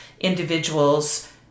individuals